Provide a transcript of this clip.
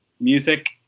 music